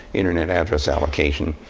internet address allocation,